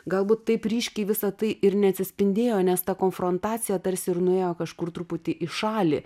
galbūt taip ryškiai visa tai ir neatsispindėjo nes ta konfrontacija tarsi ir nuėjo kažkur truputį į šalį